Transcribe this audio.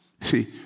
See